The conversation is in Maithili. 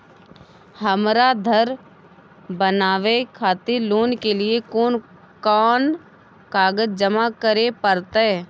हमरा धर बनावे खातिर लोन के लिए कोन कौन कागज जमा करे परतै?